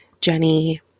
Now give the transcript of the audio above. Jenny